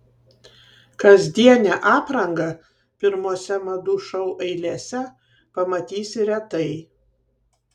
kasdienę aprangą pirmose madų šou eilėse pamatysi retai